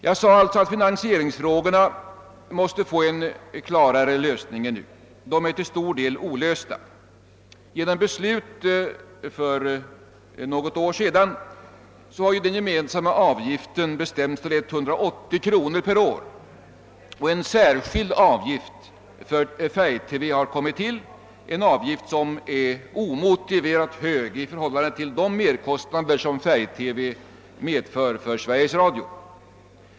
Jag sade alltså, att finansieringsfrågorna måste få en klarare lösning än nu. De är till stor del icke alls lösta. Genom beslut för något år sedan har ju den gemensamma avgiften bestämts till 180 kronor per år, och en särskild avgift för färg-TV har kommit till, en avgift som är omotiverat hög i förhållande till de merkostnader som färg TV medför för Sveriges Radio.